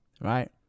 right